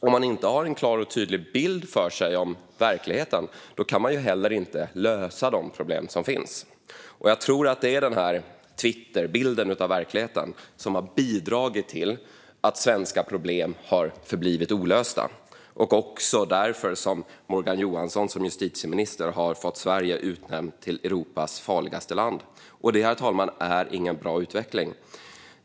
Om man inte har en klar och tydlig bild för sig av verkligheten kan man inte heller lösa de problem som finns. Jag tror att det är den här Twitterbilden av verkligheten som har bidragit till att svenska problem har förblivit olösta och också därför som Morgan Johansson som justitieminister har fått Sverige utnämnt till Europas farligaste land. Detta, herr talman, är ingen bra utveckling.